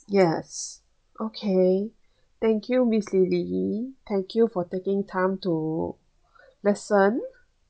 yes okay thank you miss lily thank you for taking time to listen